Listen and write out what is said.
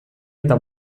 eta